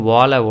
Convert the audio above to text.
Wall